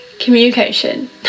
communication